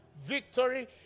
victory